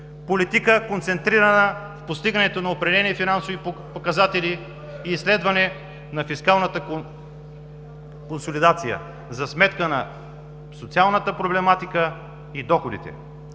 политика, концентрирана в постигането на определени финансови показатели и изследване на фискалната консолидация за сметка на социалната проблематика и доходите.